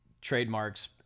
trademarks